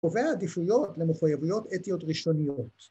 ‫שקובע עדיפויות ‫למחויבויות אתיות ראשוניות.